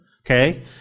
Okay